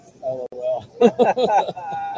Lol